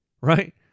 Right